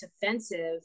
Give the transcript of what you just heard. defensive